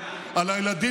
מיכל שיר.